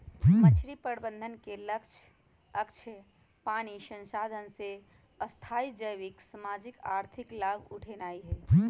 मछरी प्रबंधन के लक्ष्य अक्षय पानी संसाधन से स्थाई जैविक, सामाजिक, आर्थिक लाभ उठेनाइ हइ